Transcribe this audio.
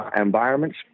environments